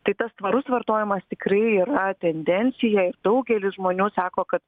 tai tas tvarus vartojimas tikrai yra tendencija ir daugelis žmonių sako kad